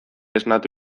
esnatu